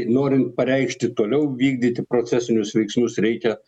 norint pareikšti toliau vykdyti procesinius veiksmus reikia